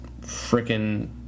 freaking